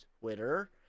Twitter